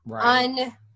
un-